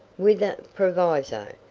with a proviso. ah!